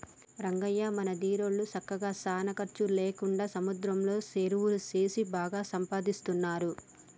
రంగయ్య మన దీరోళ్ళు సక్కగా సానా ఖర్చు లేకుండా సముద్రంలో సెరువులు సేసి బాగా సంపాదిస్తున్నారు